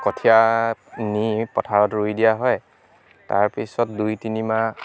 কঠিয়া নি পথাৰত ৰুই দিয়া হয় তাৰ পিছত দুই তিনিমাহ